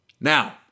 Now